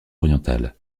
orientale